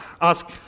ask